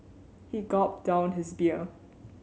he gulped down his beer